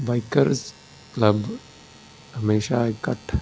bikers club ਹਮੇਸ਼ਾ ਇਕੱਠ